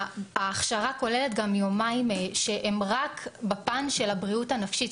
ההכשרה כוללת גם יומיים שהם רק בפן של הבריאות הנפשית,